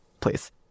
please